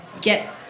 get